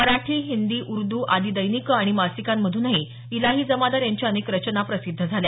मराठी हिंदी उर्द्र आदी दैनिकं आणि मासिकांमधूनही इलाही जमादार यांच्या अनेक रचना प्रसिद्ध झाल्या